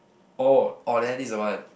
oh orh there this is the one